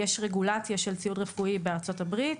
יש רגולציה של ציוד רפואי בארצות הברית,